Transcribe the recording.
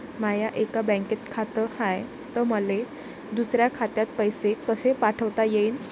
माय एका बँकेत खात हाय, त मले दुसऱ्या खात्यात पैसे कसे पाठवता येईन?